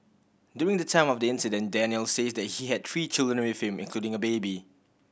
during the time of the incident Daniel says that he had three children with him including a baby